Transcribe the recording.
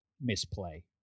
misplay